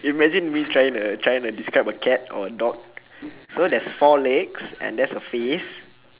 imagine me trying to trying to describe a cat or a dog so there's four legs and there's a face